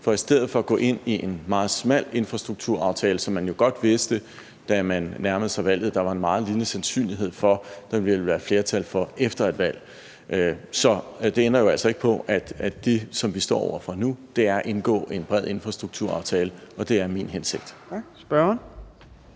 for i stedet at gå ind i en meget smal infrastrukturaftale, som man, da man nærmede sig valget, godt vidste der var en meget lille sandsynlighed for der ville være et flertal for efter et valg. Så det ændrer jo altså ikke på, at det, som vi står over for nu, er at indgå en bred infrastrukturaftale, og det er min hensigt.